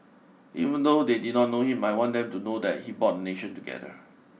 even though they did not know him I want them to know that he bought nation together